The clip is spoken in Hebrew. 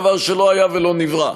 דבר שלא היה ולא נברא.